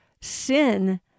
sin